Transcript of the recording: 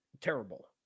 terrible